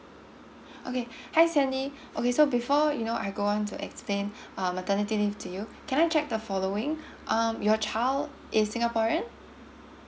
okay hi sandy okay so before you know I go on to explain uh maternity leave to you can I check the following um your child is singaporean